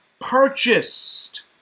purchased